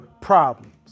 problems